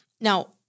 Now